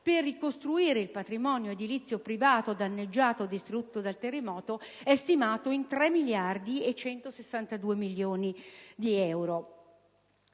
per ricostruire il patrimonio edilizio privato danneggiato o distrutto dal terremoto è stimato in 3,162 miliardi di euro.